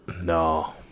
No